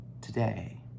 today